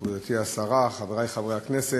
תודה רבה, גברתי השרה, חברי חברי הכנסת,